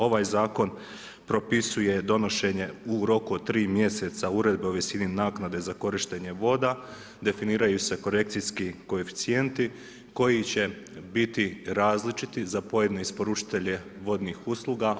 Ovaj zakon propisuje donošenje u roku od tri mjeseca uredbe u visini naknade za korištenje voda, definiraju se korekcijski koeficijenti koji će biti različiti za pojedine isporučitelje vodnih usluga.